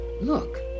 look